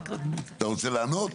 אתה רוצה לענות?